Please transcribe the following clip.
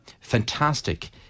fantastic